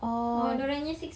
oh